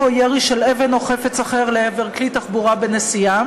או ירי של אבן או חפץ אחר לעבר כלי תחבורה בנסיעה,